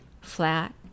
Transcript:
flat